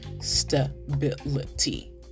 stability